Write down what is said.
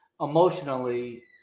emotionally